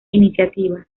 iniciativa